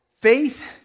Faith